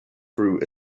through